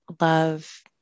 love